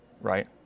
right